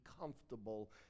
comfortable